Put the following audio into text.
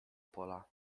pola